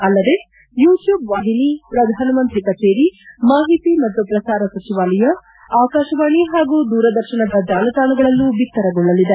ಅಲ್ಲದೆ YouTube ವಾಹಿನಿ ಪ್ರಧಾನಮಂತ್ರಿ ಕಛೇರಿ ಮಾಹಿತಿ ಮತ್ತು ಪ್ರಸಾರ ಸಚಿವಾಲಯ ಆಕಾಶವಾಣಿ ಹಾಗೂ ದೂರದರ್ಶನದ ಜಾಲತಾಣಗಳಲ್ಲೂ ಬಿತ್ತರಗೊಳ್ಳಲಿದೆ